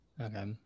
Okay